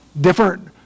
different